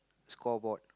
scoreboard